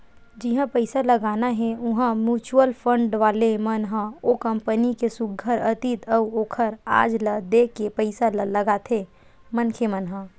जिहाँ पइसा लगाना हे उहाँ म्युचुअल फंड वाले मन ह ओ कंपनी के सुग्घर अतीत अउ ओखर आज ल देख के पइसा ल लगाथे मनखे मन ह